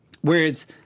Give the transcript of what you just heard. Whereas